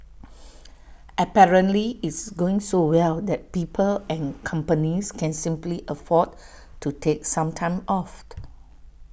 apparently IT is going so well that people and companies can simply afford to take some time off